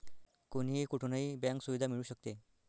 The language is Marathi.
कोणीही कुठूनही बँक सुविधा मिळू शकते